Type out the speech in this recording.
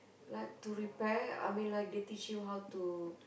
like to repair I mean like they teach you how to